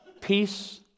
peace